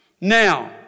Now